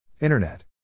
Internet